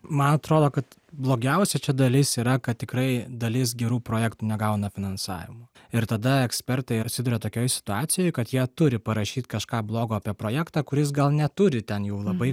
man atrodo kad blogiausia čia dalis yra kad tikrai dalis gerų projektų negauna finansavimų ir tada ekspertai atsiduria tokioj situacijoj kad jie turi parašyt kažką blogo apie projektą kuris gal neturi ten jau labai